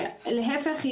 להיפך,